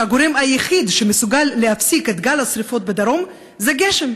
שהגורם היחיד שמסוגל להפסיק את גל השרפות בדרום זה גשם.